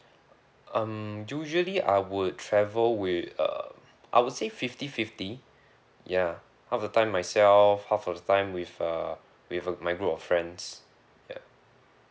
um usually I would travel with uh I would say fifty fifty ya half of the time myself half of the time with uh with uh my group of friends ya